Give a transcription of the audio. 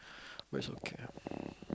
but it's okay